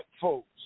folks